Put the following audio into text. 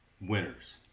winners